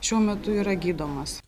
šiuo metu yra gydomas